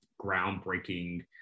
groundbreaking